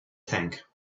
tank